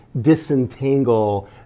disentangle